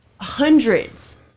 hundreds